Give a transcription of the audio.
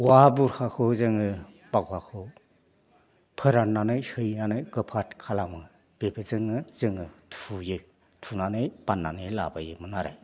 औवा बुरखाखौ जोङो बावगाखौ फोराननानै सैनानै गोफार खालामो बेजोंनो जोङो थुयो थुनानै बाननानै लाबोयोमोन आरो